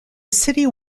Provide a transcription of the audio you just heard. city